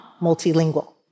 multilingual